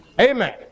Amen